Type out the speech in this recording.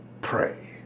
pray